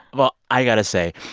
well, i got to say,